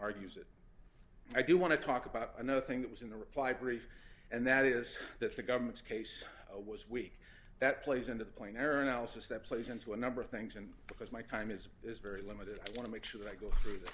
argues it i do want to talk about another thing that was in the reply brief and that is that the government's case was weak that plays into the point error analysis that plays into a number of things and because my crime is is very limited i want to make sure that i go through the